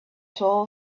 soul